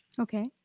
okay